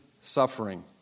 Suffering